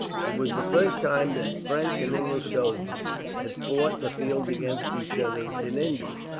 it was the first time that french and english soldiers had fought in the field against each other, in india.